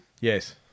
Yes